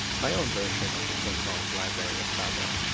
my own version of the so-called library of babel.